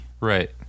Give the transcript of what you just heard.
Right